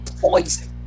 poison